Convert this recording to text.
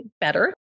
better